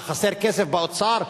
מה, חסר כסף באוצר?